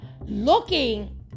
looking